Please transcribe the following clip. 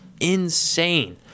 insane